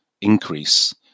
increase